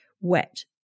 wet